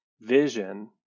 vision